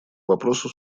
вопросу